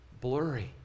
blurry